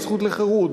בזכות לחירות,